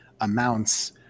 amounts